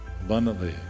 abundantly